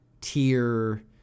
tier